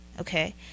okay